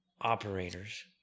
operators